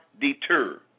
deter